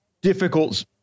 difficult